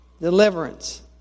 Deliverance